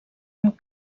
amb